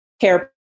care